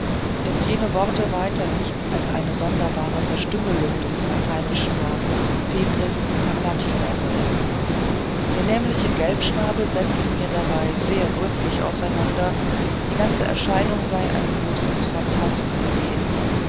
daß jene worte weiter nichts als eine sonderbare verstümmelung des lateinischen namens febris scarlatina seien der nämliche gelbschnabel setzte mir dabei sehr gründlich auseinander die ganze erscheinung sei ein bloßes phantasma gewesen